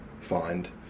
find